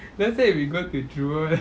let's say if we go to jewel eh